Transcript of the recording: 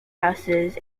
houses